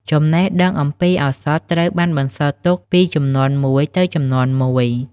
ចំណេះដឹងអំពីឱសថត្រូវបានបន្សល់ទុកពីជំនាន់មួយទៅជំនាន់មួយ។